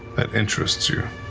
that interests you?